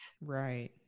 Right